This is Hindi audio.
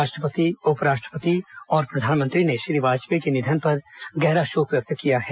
राष्ट्रपति उपराष्ट्रपति और प्रधानमंत्री ने श्री वाजपेयी के निधन पर गहरा शोक व्यक्त किया है